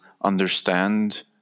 understand